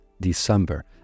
December